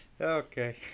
Okay